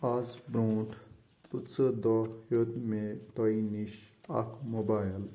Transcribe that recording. آز بروںٛٹھ پٕنٛژٕ دۄہ ہیوٚت مےٚ تۄہہِ نِش اَکھ موبایل